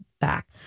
back